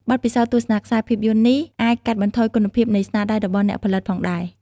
បទពិសោធន៍ទស្សនាខ្សែភាពយន្តនេះអាចកាត់បន្ថយគុណភាពនៃស្នាដៃរបស់អ្នកផលិតផងដែរ។